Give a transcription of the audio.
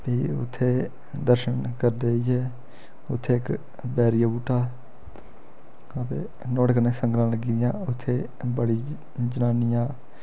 फ्ही उत्थै दर्शन करदे जाइयै उत्थें इक बैरी दा बूह्टा आ ते नुआढ़े कन्नै संगला लग्गी दियां हा उत्थें बड़ी जनानियां